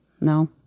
No